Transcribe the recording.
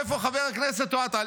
איפה חבר הכנסת אוהד טל?